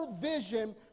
vision